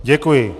Děkuji.